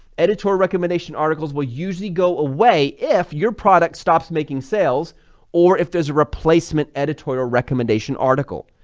editor recommendation articles will usually go away if your product stops making sales or if there's a replacement editorial recommendation article.